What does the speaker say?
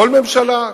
כל ממשלה?